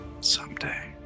Someday